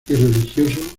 religioso